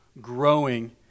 growing